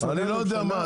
משרדי ממשלה?